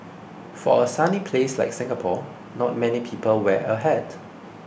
for a sunny place like Singapore not many people wear a hat